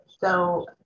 So-